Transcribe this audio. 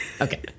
Okay